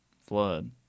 flood